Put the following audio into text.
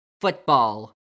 football